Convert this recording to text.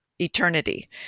eternity